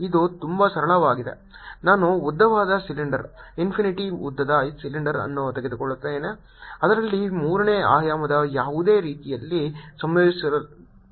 ಇದು ತುಂಬಾ ಸರಳವಾಗಿದೆ ನಾನು ಉದ್ದವಾದ ಸಿಲಿಂಡರ್ ಇನ್ಫಿನಿಟಿ ಉದ್ದದ ಸಿಲಿಂಡರ್ ಅನ್ನು ತೆಗೆದುಕೊಳ್ಳುತ್ತೇನೆ ಅದರಲ್ಲಿ ಮೂರನೇ ಆಯಾಮವು ಯಾವುದೇ ರೀತಿಯಲ್ಲಿ ಸಂಯೋಜಿಸಲ್ಪಡುತ್ತದೆ